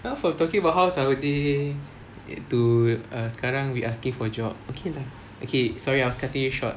how from talking about how's our day to err sekarang we asking for job okay lah sorry I was cutting you short